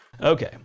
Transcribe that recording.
Okay